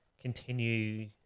continue